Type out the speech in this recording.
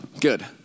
Good